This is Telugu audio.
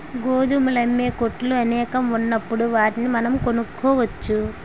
గోధుమలు అమ్మే కొట్లు అనేకం ఉన్నప్పుడు వాటిని మనం కొనుక్కోవచ్చు